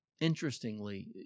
Interestingly